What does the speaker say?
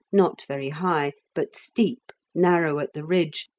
not very high, but steep, narrow at the ridge,